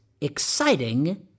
exciting